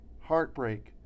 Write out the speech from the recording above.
heartbreak